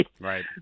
Right